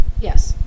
Yes